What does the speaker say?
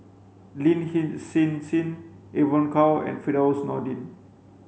Lin Hsin Hsin Evon Kow and Firdaus Nordin